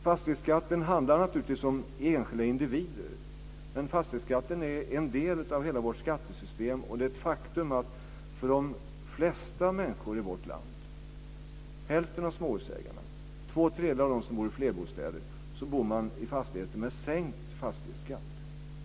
Fastighetsskatten handlar naturligtvis om enskilda individer, men den är en del av hela vårt skattesystem, och det är ett faktum att de flesta människor i vårt land - hälften av småhusägarna och två tredjedelar av dem som bor i flerbostäder - bor i fastigheter som får sänkt fastighetsskatt.